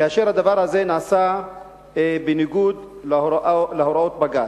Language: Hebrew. כאשר הדבר הזה נעשה בניגוד להוראות בג"ץ.